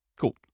Cool